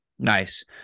Nice